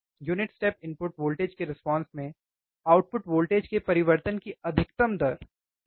unit step input voltage के response में output voltage के परिवर्तन की अधिकतम दर सही